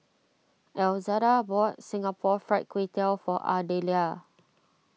Elzada bought Singapore Fried Kway Tiao for Ardelia